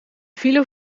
villo